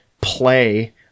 play